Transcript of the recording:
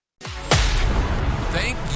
Thank